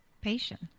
Patient